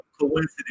coincidence